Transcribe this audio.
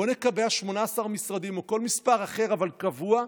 בואו נקבע 18 משרדים, או כל מספר אחר אבל קבוע,